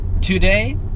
today